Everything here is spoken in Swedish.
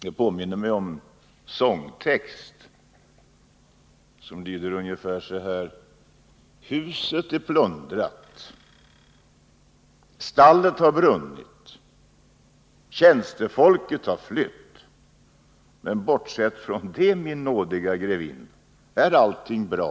Det påminner mig om en sångtext, som lyder ungefär så här: Huset är plundrat, stallet har brunnit, tjänstefolket har flytt, men bortsett från det, min nådiga grevinna, är allt bra, ganska bra.